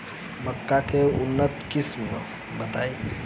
मक्का के उन्नत किस्म बताई?